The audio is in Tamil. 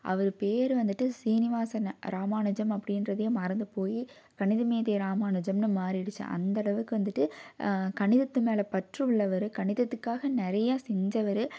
அவர் பேர் வந்துட்டு சீனிவாசன் ராமானுஜம் அப்படிகிறதையே மறந்து போய் கணிதமேதை ராமானுஜம்னு மாறிடுச்சு அந்தளவுக்கு வந்துட்டு கணிதத்து மேலே பற்றுள்ளவர் கணிதத்துக்காக நிறையா செஞ்சவர்